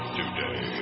today